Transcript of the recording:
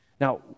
Now